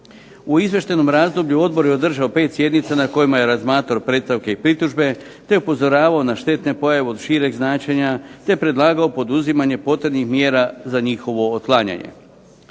U izvještajnom razdoblju Odbor je održao pet sjednica na kojima je razmatrao predstavke i pritužbe, te je upozoravao na štetne pojave od šireg značenja, te je predlagao poduzimanje potrebnih mjera za njihovo otklanjanje.